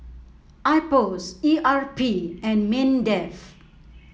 IPOS E R P and Mindef